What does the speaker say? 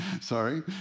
Sorry